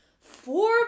four